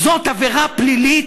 זאת עבירה פלילית,